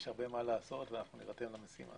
יש הרבה מה לעשות, ונירתם למשימה.